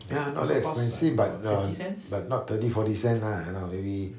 ya not that expensive but um but not thirty forty cent lah you know maybe